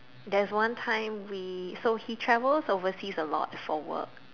there's one time we so he travels overseas a lot for work